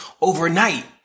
overnight